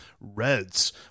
Reds